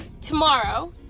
tomorrow